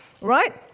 right